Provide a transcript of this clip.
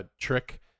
trick